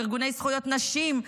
ארגוני זכויות נשים,